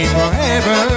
forever